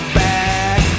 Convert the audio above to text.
back